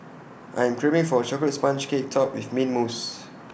I am craving for A Chocolate Sponge Cake Topped with Mint Mousse